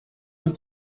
and